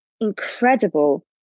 incredible